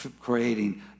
creating